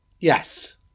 Yes